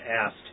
asked